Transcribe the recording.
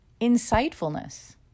insightfulness